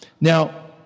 Now